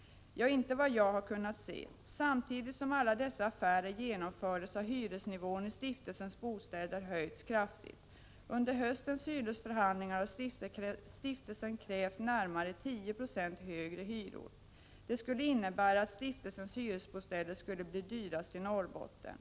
Nej, inte vad jag har kunnat se. Samtidigt som alla dessa affärer genomförts har hyresnivån i stiftelsens bostäder höjts kraftigt. Under höstens hyresförhandlingar krävde stiftelsen närmare 10 96 högre hyror. Det skulle innebära att stiftelsens hyresbostäder skulle bli dyrast i Norrbotten.